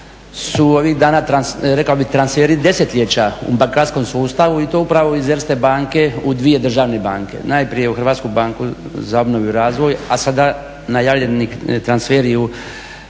su ovih dana rekao bih transferi desetljećima u bankarskom sustavu i to upravo iz Erste banke u dvije državne banke, najprije u HBOR, a sada najavljeni transferi u